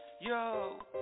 yo